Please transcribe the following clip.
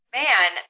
man